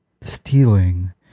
stealing